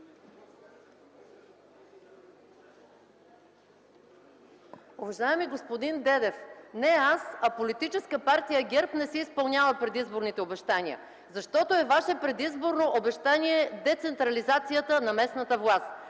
Уважаеми господин Дедев, не аз, а Политическа партия ГЕРБ не си изпълнява предизборните обещания. Защото ваше предизборно обещание е децентрализацията на местната власт,